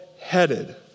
headed